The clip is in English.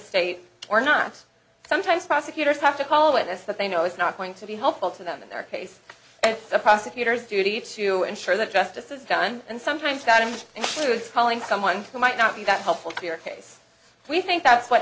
state or not sometimes prosecutors have to call a witness that they know is not going to be helpful to them in their case and the prosecutor's duty to ensure that justice is done and sometimes that if it was following someone who might not be that helpful to your case we think that's what